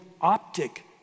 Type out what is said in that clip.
optic